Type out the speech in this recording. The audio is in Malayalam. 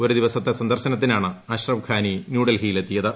ഒരു ദിവസത്തെ സന്ദർശനത്തിനാണ് അഷ്റഫ് ഘാനി ന്യൂഡൽഹിയിലെത്തിയത്